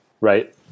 right